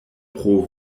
pro